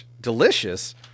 delicious